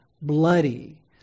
bloody